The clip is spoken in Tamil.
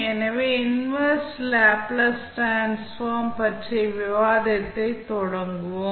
எனவே இன்வெர்ஸ் லேப்ளேஸ் டிரான்ஸ்ஃபார்ம் பற்றிய விவாதத்தைத் தொடங்குவோம்